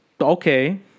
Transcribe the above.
Okay